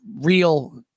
real